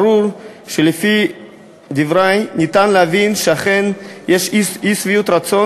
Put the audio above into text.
ברור שלפי דברי ניתן להבין שאכן יש אי-שביעות רצון